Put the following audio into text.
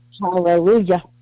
Hallelujah